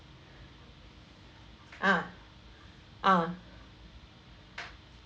ah ah